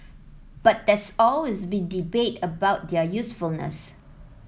but there's always been debate about their usefulness